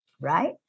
right